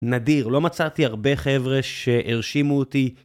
נדיר, לא מצאתי הרבה חבר'ה שהרשימו אותי